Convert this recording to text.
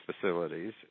facilities